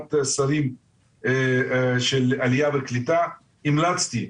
בוועדת השרים לעלייה וקליטה,